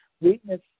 weakness